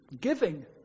Giving